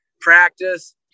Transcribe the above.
practice